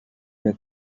they